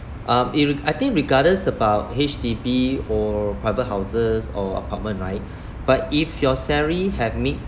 um irre~ I think regardless about H_D_B or private houses or apartment right but if your salary have meet